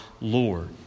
Lord